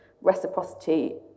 reciprocity